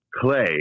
clay